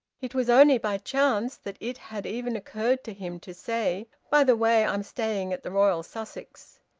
it was only by chance that it had even occurred to him to say by the way, i am staying at the royal sussex.